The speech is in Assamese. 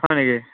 হয় নেকি